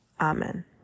Amen